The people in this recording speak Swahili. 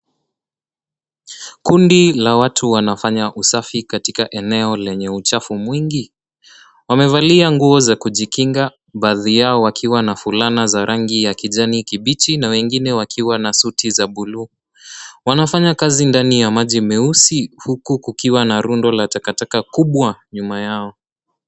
Kundi la watu wanafanya usafi katika eneo lenye uchafu mwingi. Wamevalia nguo za kujikinga, baadhi wakiwa na fulana za rangi ya kijani kibichi na wengine wakiwa na suti za buluu. Wanafanya kazi ndani ya maji meusi huku kukiwa na rundo la takataka kubwa nyuma yao.